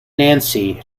nancy